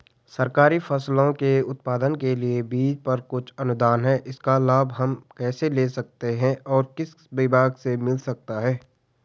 सरकारी फसलों के उत्पादन के लिए बीज पर कुछ अनुदान है इसका लाभ हम कैसे ले सकते हैं और किस विभाग से मिल सकता है?